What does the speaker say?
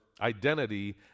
identity